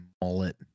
mullet